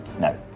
No